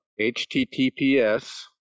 HTTPS